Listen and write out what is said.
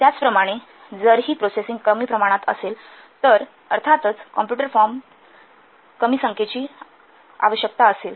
त्याचप्रमाणे जर ही प्रोसेसिंग कमी प्रमाणात असेल तर अर्थातच कॉम्प्युटर फॉर्म कमी संख्येची आवश्यकता असेल